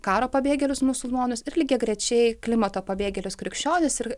karo pabėgėlius musulmonus ir lygiagrečiai klimato pabėgėlius krikščionis ir